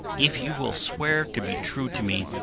if you will swear to be true to me,